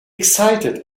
excited